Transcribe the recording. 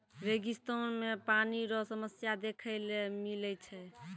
रेगिस्तान मे पानी रो समस्या देखै ले मिलै छै